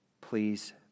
Please